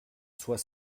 soit